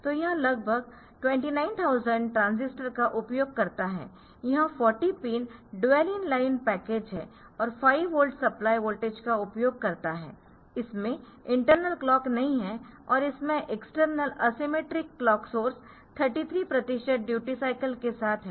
तो यह लगभग 29000 ट्रांजिस्टर का उपयोग करता है यह 40 pin dual in line package है और 5 वोल्ट सप्लाई वोल्टेज का उपयोग करता है इसमें इंटरनल क्लॉक नहीं है और इसमें एक्सटर्नल असीमेट्रिक क्लॉक सोर्स 33 प्रतिशत ड्यूटी साईकल के साथ है